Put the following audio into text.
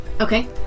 Okay